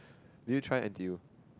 did you try N_T_U